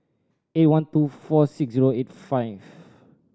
eight one two four six zero eight five